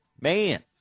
man